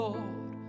Lord